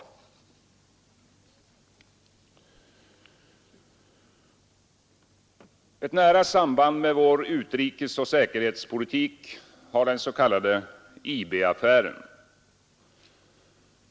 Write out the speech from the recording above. Ett nära samband med vår utrikesoch säkerhetspolitik har den s.k. IB-affären.